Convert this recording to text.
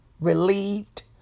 relieved